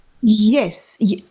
yes